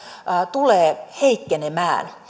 tulee heikkenemään